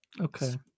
Okay